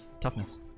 Toughness